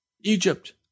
Egypt